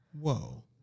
Whoa